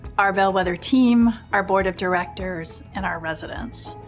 our bellwether team, our board of directors, and our residents.